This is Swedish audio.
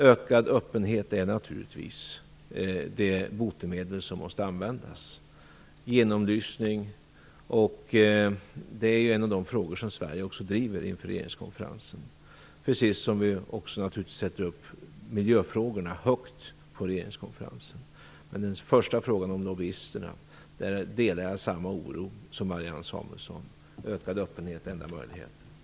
Ökad öppenhet och genomlysning är naturligtvis det botemedel som måste användas. Det är en av de frågor som Sverige driver inför regeringskonferensen, precis som vi också naturligtvis sätter miljöfrågorna högt på regeringskonferensen. Men beträffande den första frågan, om lobbyisterna, delar jag Marianne Samuelssons oro. Ökad öppenhet är enda möjligheten.